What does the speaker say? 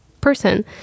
person